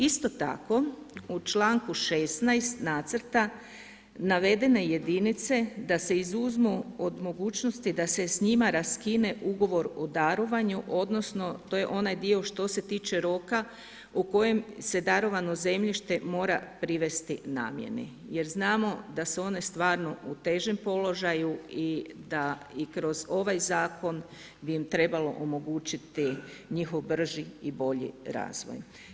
Isto tako u članku 16. nacrta navedene jedinice da se izuzmu od mogućnosti da se s njima raskine ugovor o darovanju odnosno to je onaj dio što se tiče roka u kojem se darovano zemljište mora privesti namjeni jer znamo da su one stvarno u težem položaju i da kroz ovaj zakon bi im trebalo omogućiti njihov brži i bolji razvoj.